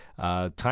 Time